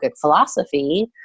philosophy